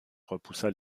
repoussa